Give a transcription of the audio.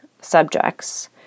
subjects